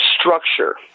structure